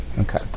Okay